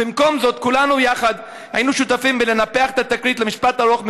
במקום זאת כולנו יחד היינו שותפים בלנפח את התקרית למשפט ארוך,